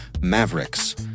Mavericks